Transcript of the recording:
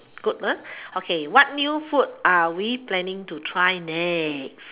good ah okay what new food are we planning to try next